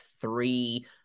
three